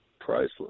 priceless